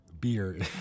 beer